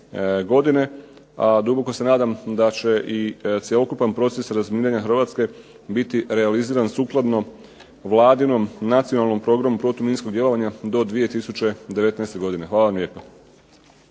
A duboko se nadam da će i cjelokupan proces razminiranja Hrvatske biti realiziran sukladno Vladinom Nacionalnom programu protuminskog djelovanja do 2019. godine. Hvala vam lijepa.